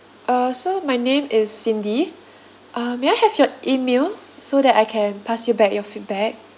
uh so my name is cindy uh may I have your email so that I can pass you back your feedback